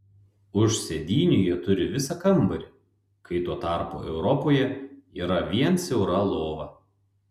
už sėdynių jie turi visą kambarį kai tuo tarpu europoje yra vien siaura lova